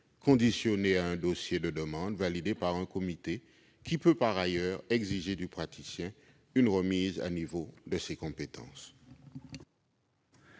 conditionnée à un dossier de demande validé par un comité, qui peut, par ailleurs, exiger du praticien, une remise à niveau de ses compétences.